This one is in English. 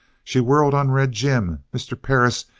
she whirled on red jim. mr. perris,